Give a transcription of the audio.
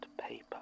paper